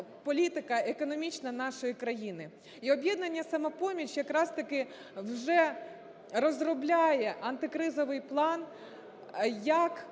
політика економічна нашої країни. І "Об'єднання "Самопоміч" якраз-таки вже розробляє антикризовий план, як